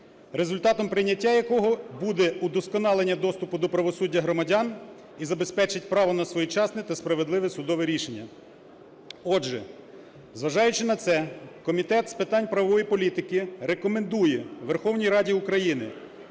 результатом прийняття якого буде удосконалення доступу до правосуддя громадян і забезпечить право на своєчасне та справедливе судове рішення. Отже, зважаючи на це, Комітет з питань правової політики рекомендує Верховній Раді України